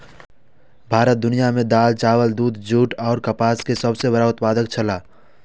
भारत दुनिया में दाल, चावल, दूध, जूट और कपास के सब सॉ बड़ा उत्पादक छला